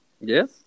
Yes